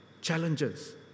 challenges